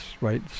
right